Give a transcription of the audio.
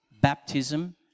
baptism